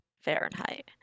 Fahrenheit